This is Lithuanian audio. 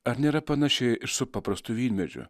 ar nėra panašiai ir su paprastu vynmedžiu